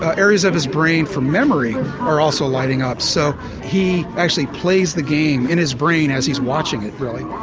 ah areas of his brain for memory are also lighting up so he actually plays the game in his brain as he's watching it really.